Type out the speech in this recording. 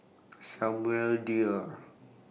Samuel Dyer